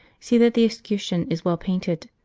see that the escutcheon is well painted,